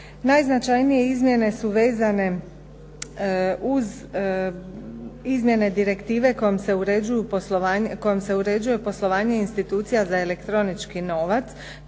Najznačajnije izmjene su vezane uz izmjene direktive kojom se uređuje poslovanje institucija za elektronički novac.